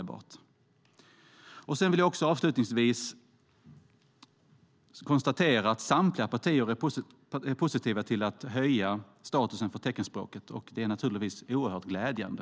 Låt mig avslutningsvis konstatera att samtliga partier är positiva till att höja statusen för teckenspråket, vilket naturligtvis är oerhört glädjande.